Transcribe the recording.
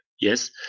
Yes